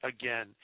again